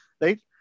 right